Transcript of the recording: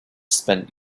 spent